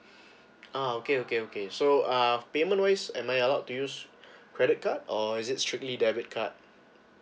oh okay okay okay so uh payment wise am I allowed to use credit card or is it strictly debit card